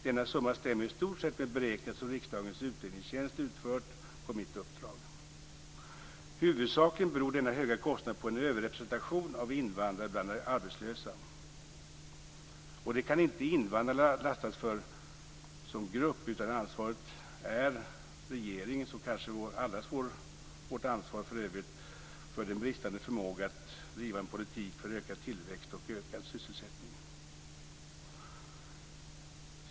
Denna summa stämmer i stort sett med beräkningar som riksdagens utredningstjänst utfört på mitt uppdrag. Huvudsakligen beror denna höga kostnad på en överrepresentation av invandrare bland de arbetslösa. Detta kan inte invandrarna som grupp lastas för, utan ansvaret är regeringens, och kanske allas vårt ansvar för övrigt, för den bristande förmågan att driva en politik för ökad tillväxt och ökad sysselsättning.